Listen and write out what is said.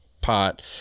pot